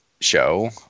show